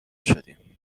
شدیم